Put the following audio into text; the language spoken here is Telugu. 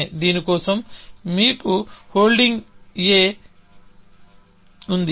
దీని కోసం మీకు హోల్డింగ్ a ఉంది